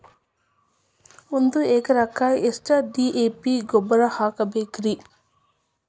ಒಂದು ಎಕರೆಕ್ಕ ಎಷ್ಟ ಡಿ.ಎ.ಪಿ ಗೊಬ್ಬರ ಹಾಕಬೇಕ್ರಿ?